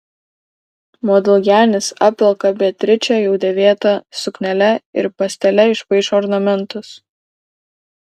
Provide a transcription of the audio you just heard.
modiljanis apvelka beatričę jau dėvėta suknele ir pastele išpaišo ornamentus